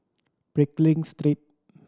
Pickering Street